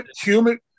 Human